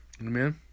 Amen